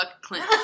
Clint